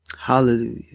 Hallelujah